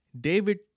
David